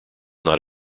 not